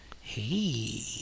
Hey